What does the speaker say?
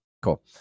Cool